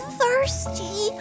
thirsty